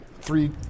three